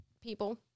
people